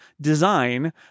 design